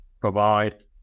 provide